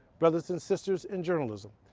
brothers and sisters in journalism,